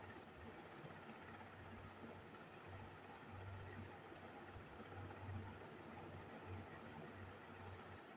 मछरी मे कोन कोन बीमारी होई छई